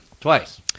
Twice